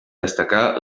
destacar